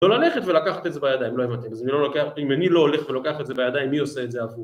לא ללכת ולקחת את זה בידיים, לא הבנתי. אז אם אני לא הולך ולוקח את זה בידיים, מי עושה את זה עבורי?